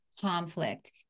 conflict